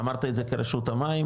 אמרת את זה כרשות המקים,